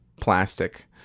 plastic